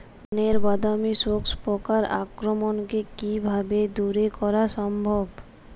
ধানের বাদামি শোষক পোকার আক্রমণকে কিভাবে দূরে করা সম্ভব?